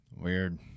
weird